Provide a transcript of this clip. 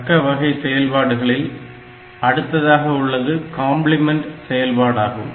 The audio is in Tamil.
தர்க்க வகை செயல்பாடுகளில் அடுத்ததாக உள்ளது கம்பிளிமெண்ட் செயல்பாடாகும்